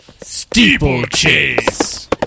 steeplechase